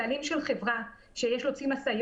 הבעלים של החברה אחראי.